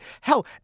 Hell